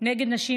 נגד נשים,